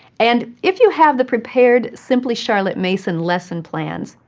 and if you have the prepared simply charlotte mason lesson plans,